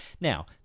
Now